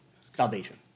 Salvation